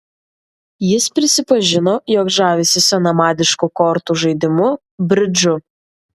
jis prisipažino jog žavisi senamadišku kortų žaidimu bridžu